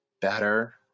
better